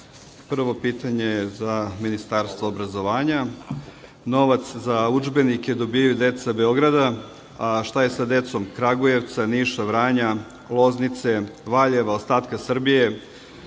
pitanje je za Ministarstvo obrazovanja. Novac za udžbenike dobijaju deca Beograda, a šta je sa decom Kragujevca, Niša, Vranja, Loznice, Valjeva, ostatka Srbije?